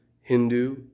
Hindu